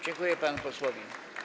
Dziękuję panu posłowi.